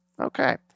Okay